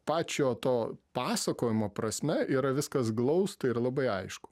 pačio to pasakojimo prasme yra viskas glausta ir labai aišku